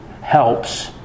helps